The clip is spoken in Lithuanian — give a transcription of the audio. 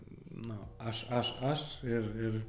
na aš aš aš ir ir